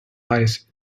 ice